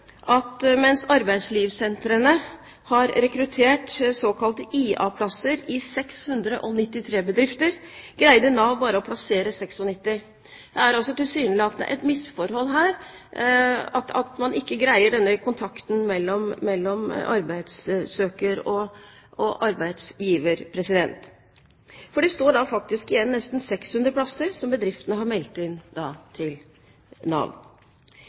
at mens arbeidslivssentrene har rekruttert såkalte IA-plasser i 693 bedrifter, greide Nav bare å plassere 96. Det er et altså tilsynelatende et misforhold her – at man ikke greier denne kontakten mellom arbeidssøker og arbeidsgiver, for det står faktisk igjen nesten 600 plasser som bedriftene har meldt inn til Nav.